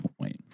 point